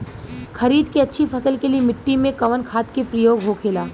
खरीद के अच्छी फसल के लिए मिट्टी में कवन खाद के प्रयोग होखेला?